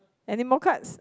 any more cards